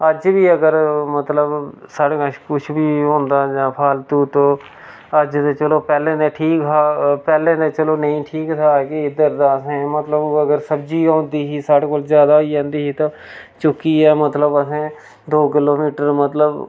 अज्ज बी अगर मतलब साढ़े कश कुछ बी होंदा जां फालतू तो अज्ज ते चलो पैह्लें ते ठीक हा पैह्लें ते चलो नेईं ठीक हा कि इद्धर दा असें मतलब अगर सब्जी गै होंदी ही साढ़ै कोल जैदा होई जंदी ही ते चुक्कियै मतलब असें दो किलोमीटर मतलब